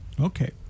Okay